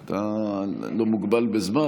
אתה לא מוגבל בזמן,